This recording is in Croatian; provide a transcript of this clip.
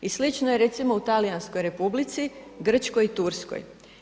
I slično je recimo u Talijanskoj Republici, Grčkoj i Turskoj.